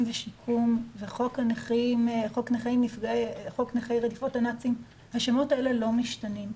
ושיקום וחוק נכי רדיפות הנאצים ושמות אלה לא משתנים.